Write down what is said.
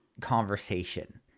conversation